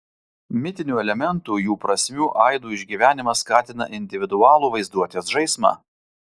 mitinių elementų jų prasmių aidų išgyvenimas skatina individualų vaizduotės žaismą